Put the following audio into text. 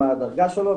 מה הדרגה שלו,